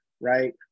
right